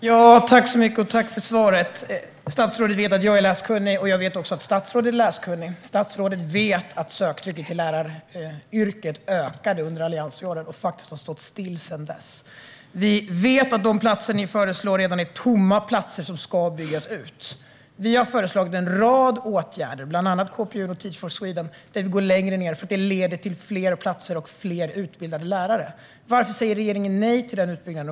Fru talman! Jag vill tacka för svaret. Statsrådet vet att jag är läskunnig. Jag vet att statsrådet också är läskunnig. Statsrådet vet att söktrycket till lärarutbildningen ökade under alliansåren. Det har faktiskt stått still sedan dess. Vi vet att de platser som regeringen föreslår ska byggas ut är platser som redan är tomma. Vi har föreslagit en rad åtgärder, bland annat KPU och Teach for Sweden. Där går vi längre, eftersom det leder till fler platser och fler utbildade lärare. Varför säger regeringen nej till den utbyggnaden?